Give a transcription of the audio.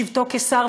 בשבתו כשר,